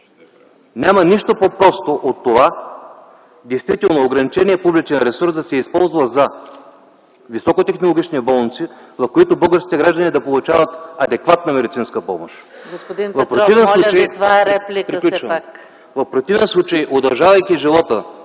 Няма нищо по-просто от това действително ограниченият публичен ресурс да се използва за високотехнологични болници, в които българските граждани да получават адекватна медицинска помощ. ЕКАТЕРИНА МИХАЙЛОВА: Господин Петров,